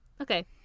okay